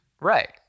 Right